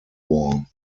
war